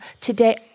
Today